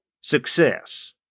Success